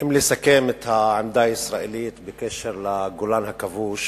אם לסכם את העמדה הישראלית בקשר לגולן הכבוש